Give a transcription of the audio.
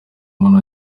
umuntu